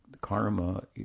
karma